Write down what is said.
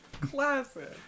Classic